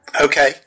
Okay